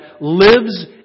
lives